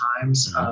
times